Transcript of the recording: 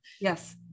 Yes